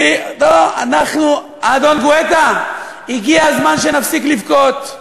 אדון גואטה, הגיע הזמן שנפסיק לבכות.